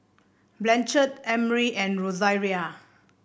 Blanchard Emry and Rosaria